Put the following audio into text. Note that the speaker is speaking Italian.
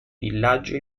villaggio